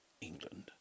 England